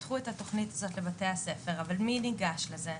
פתחו את התוכנית הזאת בבתי-הספר, אבל מי ניגש לזה?